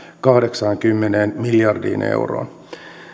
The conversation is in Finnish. kahdeksaankymmeneen miljardiin euroon